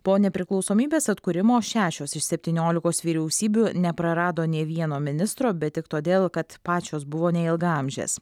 po nepriklausomybės atkūrimo šešios iš septyniolikos vyriausybių neprarado nė vieno ministro bet tik todėl kad pačios buvo neilgaamžės